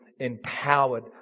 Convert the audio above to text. empowered